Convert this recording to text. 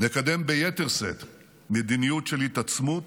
נקדם ביתר שאת מדיניות של התעצמות,